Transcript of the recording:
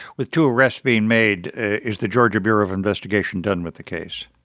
with two arrests being made, is the georgia bureau of investigation done with the case?